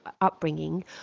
upbringing